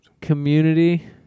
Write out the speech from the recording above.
Community